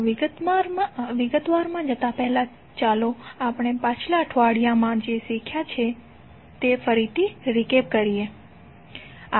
તો વિગતવાર જતા પહેલા ચાલો આપણે પાછલા અઠવાડિયામાં જે શીખ્યા તે ફરીથી રીકેપ કરીયે